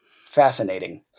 Fascinating